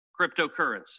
cryptocurrency